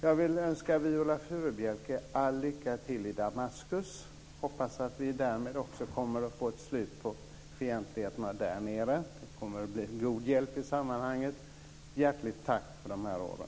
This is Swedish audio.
Jag vill önska Viola Furubjelke all lycka i Damaskus och hoppas att vi därmed också kommer att få ett slut på fientligheterna där nere. Hon kommer att bli till god hjälp i sammanhanget. Hjärtligt tack för de här åren!